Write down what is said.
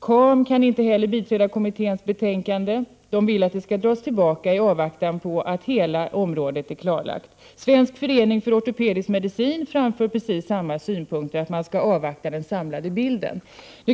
KAM kan inte heller biträda kommitténs betänkande utan vill att det skall dras tillbaka i avvaktan på att hela området är klarlagt. Svensk förening för ortopedisk medicin framför precis samma synpunkter, nämligen att man skall avvakta en samlad bild.